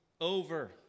over